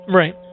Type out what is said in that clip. right